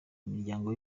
imiryango